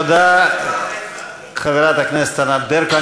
איך אפשר, תודה, חברת הכנסת ענת ברקו.